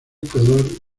theodore